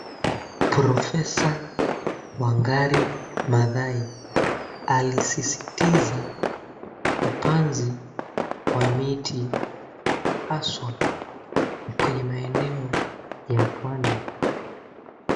Profesa Wangari Maathai alisisitiza upanzi wa miti haswa kwenye maeneo ya pwani.